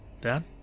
Dad